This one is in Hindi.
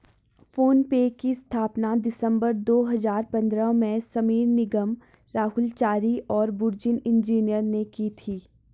फ़ोन पे की स्थापना दिसंबर दो हजार पन्द्रह में समीर निगम, राहुल चारी और बुर्जिन इंजीनियर ने की थी